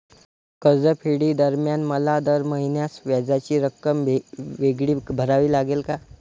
कर्जफेडीदरम्यान मला दर महिन्यास व्याजाची रक्कम वेगळी भरावी लागेल का?